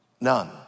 None